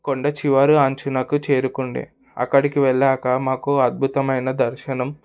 కొండ చివరి అంచునకు చేరుకొండే అక్కడికి వెళ్ళాక మాకు అద్భుతమైన దర్శనం